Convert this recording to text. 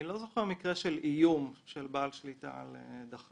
אני לא זוכר מקרה של איום של בעל שליטה על הדח"צ.